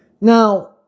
now